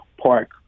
park